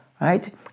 right